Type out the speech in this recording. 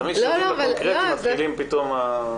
תמיד כשמדברים על נושאים קונקרטיים מתחילות פתאום הבעיות.